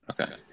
Okay